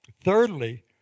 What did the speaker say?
Thirdly